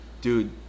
dude